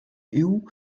iuw